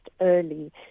early